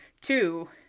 two